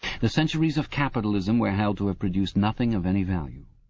the centuries of capitalism were held to have produced nothing of any value.